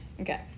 Okay